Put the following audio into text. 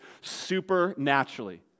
supernaturally